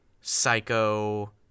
Psycho